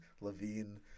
Levine